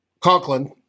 Conklin